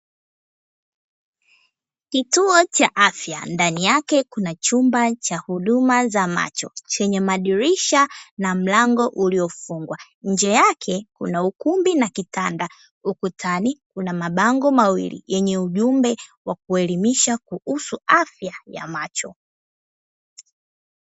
Kituo cha afya ndani yake kuna chumba cha huduma za macho, chenye madirisha na mlango uliofungwa. Nje yake kuna ukumbi na kitanda, ukutani kuna mabango mawili yenye ujumbe wa kuelimisha kuhusu afya ya macho.